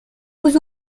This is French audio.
vous